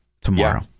tomorrow